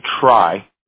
try